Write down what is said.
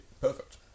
perfect